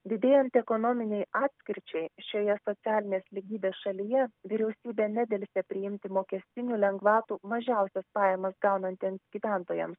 didėjant ekonominei atskirčiai šioje socialinės lygybės šalyje vyriausybė nedelsia priimti mokestinių lengvatų mažiausias pajamas gaunantiems gyventojams